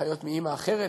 אחיות מאימא אחרת?